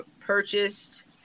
purchased